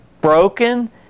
broken